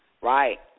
right